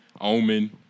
Omen